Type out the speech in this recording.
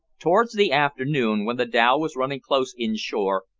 towards the afternoon, while the dhow was running close in-shore,